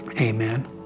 amen